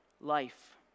life